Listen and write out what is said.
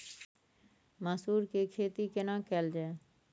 मसूर के खेती केना कैल जाय?